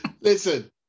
Listen